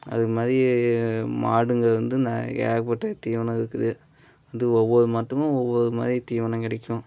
அது மாதிரி மாடுங்கள் வந்து ந ஏகப்பட்ட தீவனம் இருக்குது வந்து ஒவ்வொரு மாட்டுக்கும் ஒவ்வொரு மாதிரி தீவனம் கிடைக்கும்